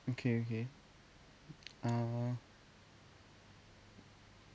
okay okay uh